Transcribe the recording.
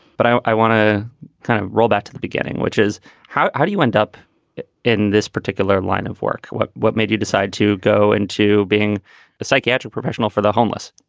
but i i want to kind of roll back to the beginning, which is how how do you end up in this particular line of work? what what made you decide to go into being a psychiatric professional for the homeless?